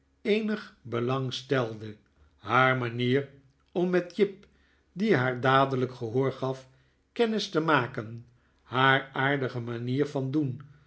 eenig belang stelde haar manier om met jip die haar dadelijk gehoor gaf kennis te maken haar aardige manier van doen